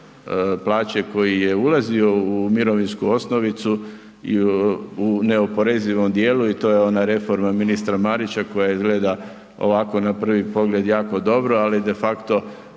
plaće koji je ulazio u mirovinsku osnovicu u neoporezivom dijelu i to je ona reforma ministra Marića koja izgleda ovako na prvi pogled jako dobro, ali de facto